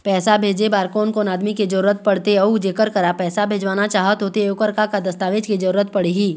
पैसा भेजे बार कोन कोन आदमी के जरूरत पड़ते अऊ जेकर करा पैसा भेजवाना चाहत होथे ओकर का का दस्तावेज के जरूरत पड़ही?